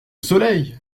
soleil